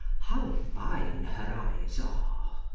how fine her eyes are!